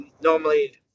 normally